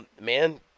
Man